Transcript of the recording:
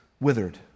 withered